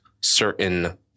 certain